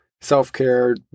self-care